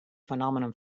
phenomenon